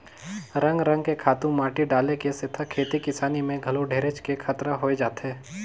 रंग रंग के खातू माटी डाले के सेथा खेती किसानी में घलो ढेरेच के खतरा होय जाथे